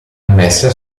ammessa